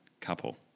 couple